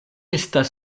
estas